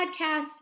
podcast